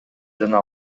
жана